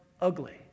ugly